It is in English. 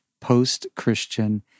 post-Christian